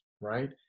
right